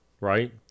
right